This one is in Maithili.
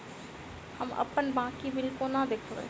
हम अप्पन बाकी बिल कोना देखबै?